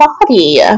body